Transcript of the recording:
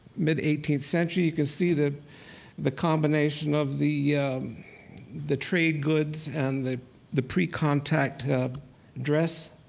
mid eighteenth century. you can see the the combination of the the trade goods and the the pre-contact dress.